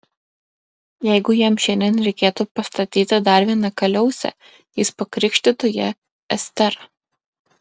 jeigu jam šiandien reikėtų pastatyti dar vieną kaliausę jis pakrikštytų ją estera